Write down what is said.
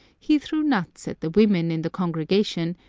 he threw nuts at the women in the congregation,